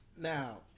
Now